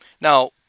Now